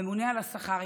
הממונה על השכר,